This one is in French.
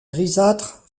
grisâtre